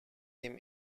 him